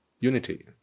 unity